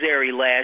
last